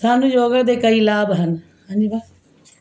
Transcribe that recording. ਸਾਨੂੰ ਯੋਗਾ ਦੇ ਕਈ ਲਾਭ ਹਨ ਹਾਂਜੀ